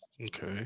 Okay